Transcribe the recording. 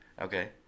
okay